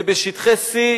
ובשטחי C,